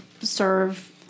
serve